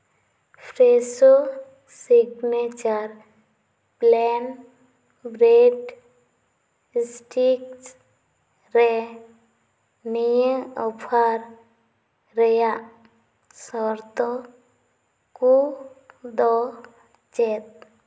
Fresho signature plant great stick ᱨᱮ ᱱᱤᱭᱟᱹ offer ᱨᱮᱭᱟᱜ ᱥᱚᱨᱛᱚ ᱠᱚᱫᱚ ᱪᱮᱫ